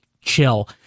chill